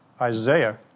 Isaiah